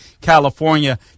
california